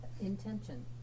intention